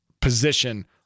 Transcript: position